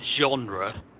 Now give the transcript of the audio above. genre